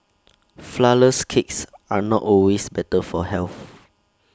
Flourless Cakes are not always better for health